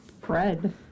bread